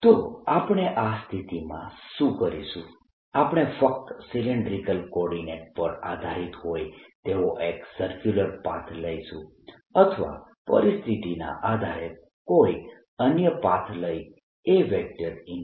તો આપણે આ સ્થિતિમાં શું કરીશું આપણે ફક્ત સિલિન્ડ્રીકલ કોર્ડીનેટસ પર આધારીત હોય તેવો એક સરક્યુલર પાથ લઈશું અથવા પરિસ્થિતિના આધારે કોઈ અન્ય પાથ લઇ A